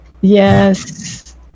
Yes